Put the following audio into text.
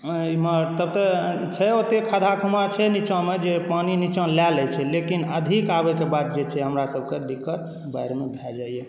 आ इमहर ततेक छै ओतेक खदहा खुमहा छै नीचाँमे जे पानी नीचाँ लए लैत छै लेकिन अधिक आबैके बाद हमरासभके दिक्कत बाढ़िमे भए जाइए